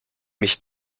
mich